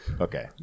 okay